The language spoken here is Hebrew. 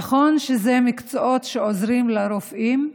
נכון שאלו מקצועות שעוזרים לרופאים,